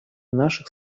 наших